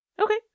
Okay